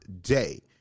day